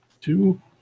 Two